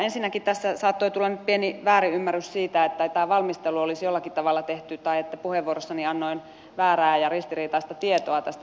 ensinnäkin tässä saattoi tulla nyt pieni väärinymmärrys siitä että valmistelu olisi jollakin tavalla tehty puheenvuorossani annoin väärää ja ristiriitaista tietoa tästä valmistelusta